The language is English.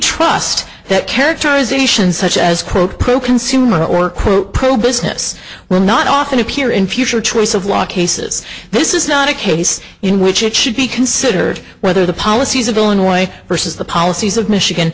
trust that characterization such as quote pro consumer or quote pro business will not often appear in future choice of law cases this is not a case in which it should be considered whether the policies of illinois versus the policies of michigan